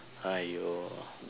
!aiyo!